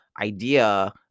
idea